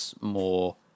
more